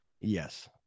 yes